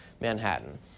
Manhattan